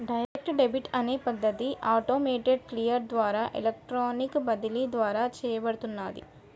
direct debit అనే పద్ధతి automated clear ద్వారా ఎలక్ట్రానిక్ బదిలీ ద్వారా చేయబడుతున్నాది